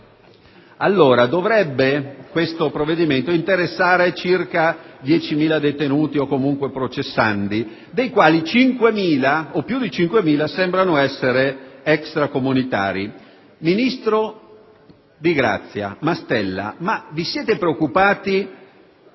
Allora, questo provvedimento dovrebbe interessare circa 10.000 detenuti, o comunque processandi, dei quali 5.000 o più, sembrano essere extracomunitari. Ministro di "grazia" Mastella, vi siete preoccupati